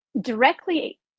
directly